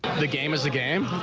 the game is a game.